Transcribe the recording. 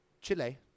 Chile